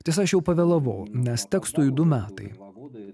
tiesa aš jau pavėlavau nes tekstui du metai